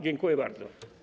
Dziękuję bardzo.